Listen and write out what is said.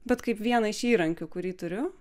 bet kaip vieną iš įrankių kurį turiu